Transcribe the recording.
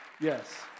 Yes